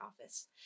office